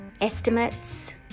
estimates